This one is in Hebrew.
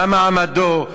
מה מעמדו,